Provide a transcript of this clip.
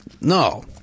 no